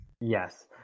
Yes